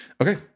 Okay